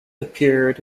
appeared